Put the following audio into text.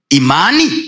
imani